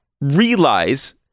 realize